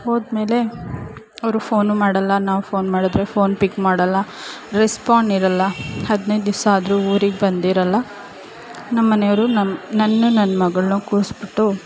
ಹೋದಮೇಲೆ ಅವರು ಫೋನು ಮಾಡೋಲ್ಲ ನಾವು ಫೋನ್ ಮಾಡಿದ್ರೆ ಫೋನ್ ಪಿಕ್ ಮಾಡೋಲ್ಲ ರೆಸ್ಪಾಂಡ್ ಇರೋಲ್ಲ ಹದಿನೈದು ದಿವಸ ಆದರೂ ಊರಿಗೆ ಬಂದಿರೋಲ್ಲ ನಮ್ಮ ಮನೆಯವ್ರು ನಮ್ಮ ನನ್ನೂ ನನ್ನ ಮಗಳನ್ನೂ ಕೂರಿಸ್ಬಿಟ್ಟು